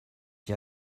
wie